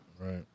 Right